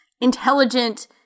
intelligent